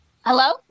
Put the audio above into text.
Hello